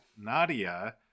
nadia